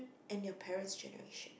and your parents' generation